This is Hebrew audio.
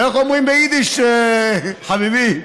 איך אומרים ביידיש, חביבי?